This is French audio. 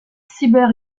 cyber